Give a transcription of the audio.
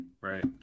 Right